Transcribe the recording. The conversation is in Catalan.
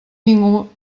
ningú